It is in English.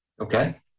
Okay